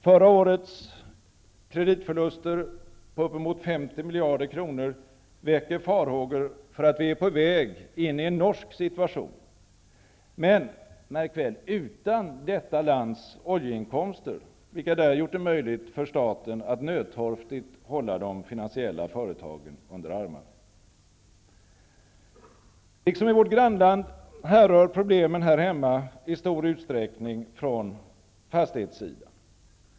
Förra årets kreditförluster på uppemot 50 miljarder kronor väcker farhågor för att vi är på väg in i en norsk situation, men utan detta lands oljeinkomster, vilka där gjort det möjligt för staten att nödtorftigt hålla de finansiella företagen under armarna. Liksom i vårt grannland härrör problemen här hemma i stor utsträckning från fastighetssidan.